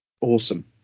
awesome